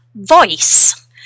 Voice